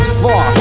far